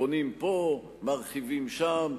בונים פה, מרחיבים שם.